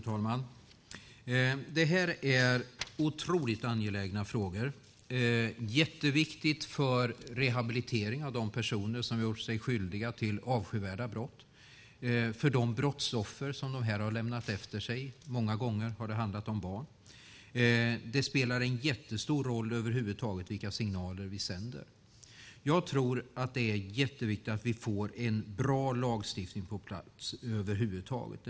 Fru talman! Det här är otroligt angelägna frågor. Det är jätteviktigt för rehabiliteringen av de personer som har gjort sig skyldiga till avskyvärda brott och för de brottsoffer som de lämnat efter sig. Många gånger har det handlat om barn. Det spelar en väldigt stor roll över huvud taget vilka signaler vi sänder. Jag tror att det är mycket viktigt att vi får en bra lagstiftning på plats över huvud taget.